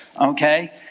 okay